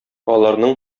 аларның